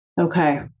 Okay